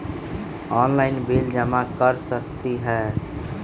Online bill जमा कर सकती ह?